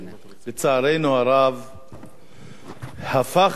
הפך להיות כאילו שגרה.